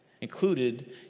included